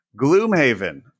Gloomhaven